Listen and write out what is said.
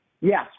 Yes